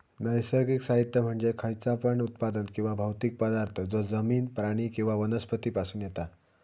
नैसर्गिक साहित्य म्हणजे खयचा पण उत्पादन किंवा भौतिक पदार्थ जो जमिन, प्राणी किंवा वनस्पती पासून येता